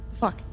fuck